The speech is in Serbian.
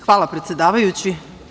Hvala predsedavajući.